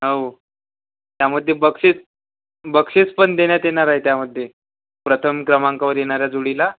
हो त्यामध्ये बक्षीस बक्षीस पण देण्यात येणार आहे त्यामध्ये प्रथम क्रमांकावर येणारा जोडीला